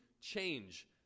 change